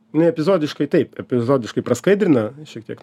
nai epizodiškai taip epizodiškai praskaidrina šiek tiek